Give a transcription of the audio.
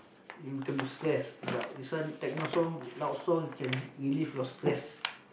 in term stress but listen techno song loud song can relieve your stress